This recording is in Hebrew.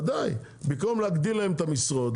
במקום להגדיל להם את המשרות,